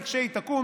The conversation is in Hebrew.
כשהיא תקום,